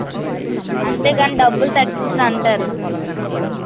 అంతే కానీ డబ్బులు తగ్గించని అంటారు